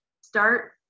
start